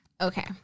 Okay